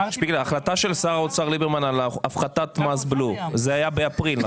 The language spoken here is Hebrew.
ההחלטה של שר האוצר ליברמן על הפחתת מס בלו זה היה באפריל,